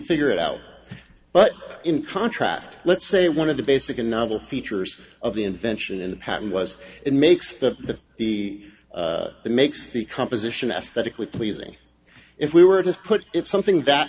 figure it out but in contrast let's say one of the basic another features of the invention in the patent was it makes the he makes the composition aesthetically pleasing if we were just put it something that